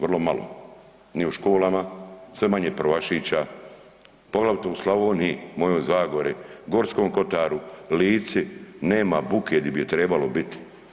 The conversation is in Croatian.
Vrlo malo, ni u školama, sve manje prvašića, poglavito u Slavoniji, mojoj Zagori, Gorskom kotaru, Lici, nema buke gdje bi je trebalo biti.